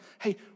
Hey